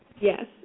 Yes